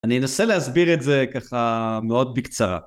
אני אנסה להסביר את זה ככה מאוד בקצרה.